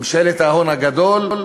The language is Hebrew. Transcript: ממשלת ההון הגדול,